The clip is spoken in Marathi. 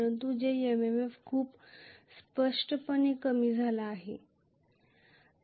परंतु येथे MMF खूप स्पष्टपणे कमी झाला आहे